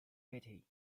betty